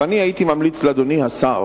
אני הייתי ממליץ לאדוני השר